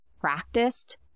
practiced